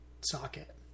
socket